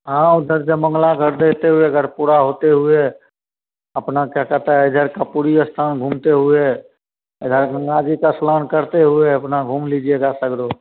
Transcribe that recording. हाँ उधर जयमंगला घर देखते हुए गढ़पुरा होते हुए अपना क्या कहता है इधर कपूरी स्थान घूमते हुए इधर गंगा जी का स्नान करते हुए अपना घूम लीजिएगा सगरो